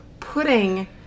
pudding